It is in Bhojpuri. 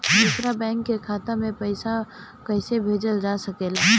दूसरे बैंक के खाता में पइसा कइसे भेजल जा सके ला?